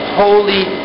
holy